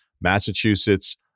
Massachusetts